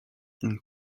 and